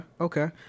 okay